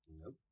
Nope